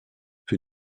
für